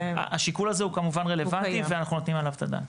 השיקול הזה הוא כמובן רלוונטי ואנחנו נותנים עליו את הדעת.